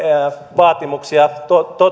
vaatimuksia